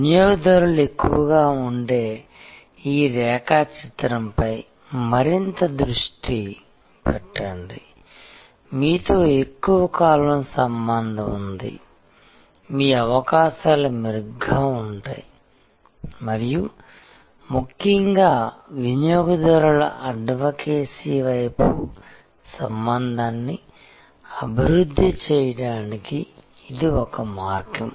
వినియోగదారులు ఎక్కువగా ఉండే ఈ రేఖాచిత్రంపై మరింత దృష్టి పెట్టండి మీతో ఎక్కువ కాలం సంబంధం ఉంది మీ అవకాశాలు మెరుగ్గా ఉంటాయి మరియు ముఖ్యంగా వినియోగదారుల అడ్వొకేసీ వైపు సంబంధాన్ని అభివృద్ధి చేయడానికి ఇది మార్గం